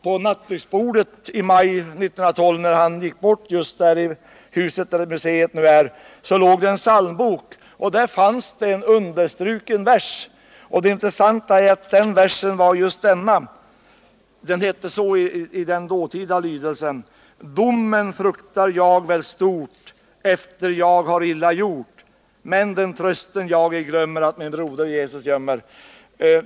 På nattygsbordet när han i maj 1912 gick bort i det hus där museet nu är beläget låg det en psalmbok. Där fanns det en understruken vers. Den versen var i den dåtida lydelsen denna: Domen fruktar jag väl stort, efter jag har illa gjort, men den trösten jag ej glömmer, att min broder Jesus gömmer.